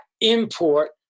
import